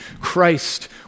Christ